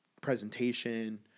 presentation